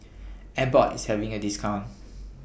Abbott IS having A discount